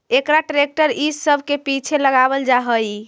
एकरा ट्रेक्टर इ सब के पीछे लगावल जा हई